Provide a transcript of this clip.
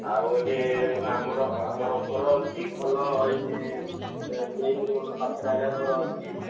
ଆଉ ଏଇଠେ ଆମର ଆମର ଘର ଅଛି ଭଲ ଏଇଠେ ମେନ୍ ରୋଡ଼ ପାଖରେ ଆକା ଘର ଅଛି